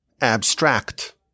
abstract